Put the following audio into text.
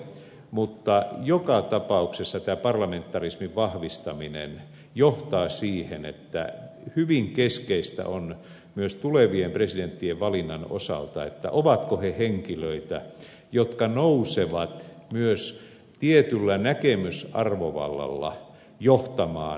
mutta joka tapauksessa tämä parlamentarismin vahvistaminen johtaa siihen että hyvin keskeistä on myös tulevien presidenttien valinnan osalta ovatko he henkilöitä jotka nousevat myös tietyllä näkemysarvovallalla johtamaan suomea